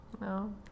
No